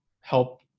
help